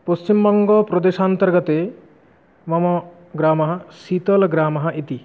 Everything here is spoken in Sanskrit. पश्चिमबङ्गप्रदेशान्तर्गते मम ग्रामः सीतलग्रामः इति